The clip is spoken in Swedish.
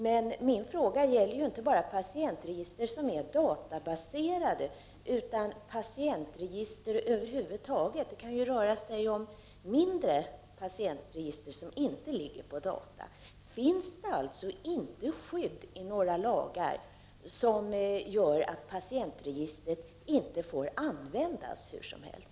Men min fråga gäller inte bara databaserade patientregister utan också patientregister över huvud taget — det kan ju röra sig om mindre patientregister som inte ligger på data. Finns det alltså inte något skydd i lagen som innebär att patientregister inte får användas hur som helst?